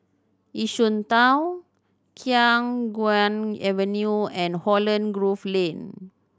Yishun Town Khiang Guan Avenue and Holland Grove Lane